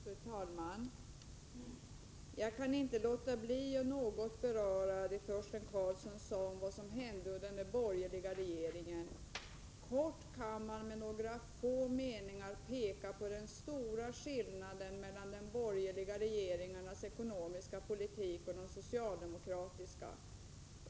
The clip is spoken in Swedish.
Fru talman! Jag kan inte låta bli att något beröra vad Torsten Karlsson sade om vad som hände under den borgerliga regeringstiden. Man kan i korthet peka på den stora skillnaden mellan de borgerliga och de socialdemokratiska regeringarnas ekonomiska politik.